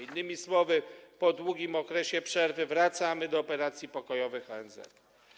Innymi słowy, po długim okresie przerwy wracamy do operacji pokojowych ONZ.